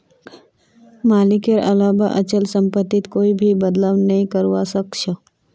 मालिकेर अलावा अचल सम्पत्तित कोई भी बदलाव नइ करवा सख छ